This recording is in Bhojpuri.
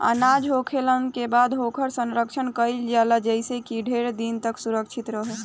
अनाज होखला के बाद ओकर संरक्षण कईल जाला जेइसे इ ढेर दिन तक सुरक्षित रहो